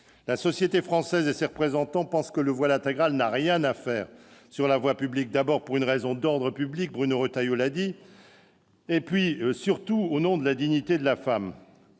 La société française et ses représentants pensent que le voile intégral n'a rien à faire sur la voie publique, d'abord pour une raison d'ordre public- Bruno Retailleau l'a dit -, ensuite et surtout au nom de la dignité de la femme.